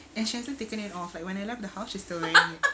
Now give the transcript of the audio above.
and she hasn't taken it off like when I left the house she's still wearing it